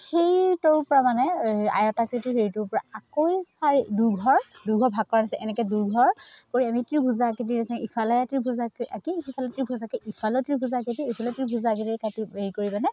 সেই ত'ৰপৰা মানে আয়ত আকৃতিৰ হেৰিটোৰপৰা আকৌ এই চাৰি দুঘৰ দুঘৰ ভাগ কৰা আছে এনেকৈ দুঘৰ কৰি আমি ত্ৰিভূজ আকৃতিৰ নিচিনা ইফালে ত্ৰিভূজ আঁকি সিফালে ত্ৰিভূজ আঁকি ইফালেও ত্ৰিভূজ আকৃতিৰ সিফালেও ত্ৰিভূজ আকৃতিৰ কাটি হেৰি কৰি পেনাই